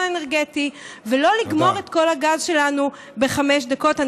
אנרגטי ולא לגמור את כל הגז שלנו בחמש דקות.